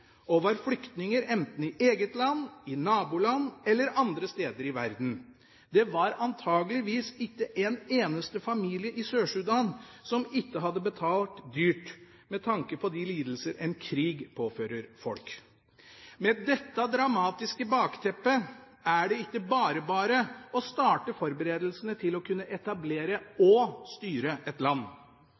flyktninger enten i eget land, i naboland eller andre steder i verden. Det var antakeligvis ikke en eneste familie i Sør-Sudan som ikke hadde betalt dyrt med tanke på de lidelser en krig påfører folk. Med dette dramatiske bakteppe er det ikke bare bare å starte forberedelsene til å kunne etablere og styre et land.